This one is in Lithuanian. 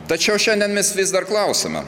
tačiau šiandien mes vis dar klausiame